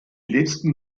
letzten